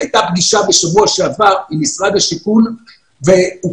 היתה פגישה בשבוע שעבר עם משרד השיכון והוקם